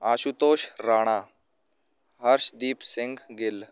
Ashutosh Rana Harshdeep Singh Gill